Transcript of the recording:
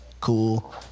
cool